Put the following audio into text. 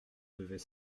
devait